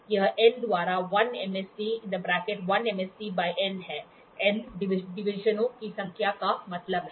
यह n द्वारा 1 MSD 1 MSD by n है n डिवीजनों की संख्या का मतलब है